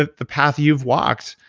ah the path you've walked,